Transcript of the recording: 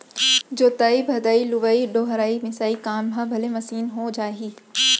जोतइ भदई, लुवइ डोहरई, मिसाई काम ह भले मसीन हो जाही